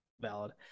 Valid